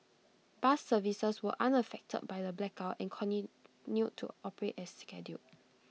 bus services were unaffected by the blackout and continued to operate as scheduled